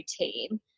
routine